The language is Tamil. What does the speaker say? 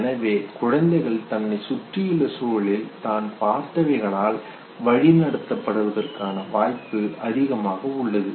எனவே குழந்தைகள் தன்னை சுற்றியுள்ள சூழலில் தான் பார்த்தவைகளால் வழி நடத்தப்படுவதற்கான வாய்ப்பு அதிகமாக உள்ளது